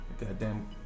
goddamn